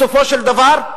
בסופו של דבר,